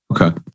Okay